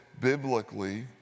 biblically